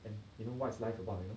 and you know what's life about you know